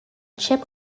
chip